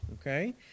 Okay